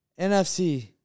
NFC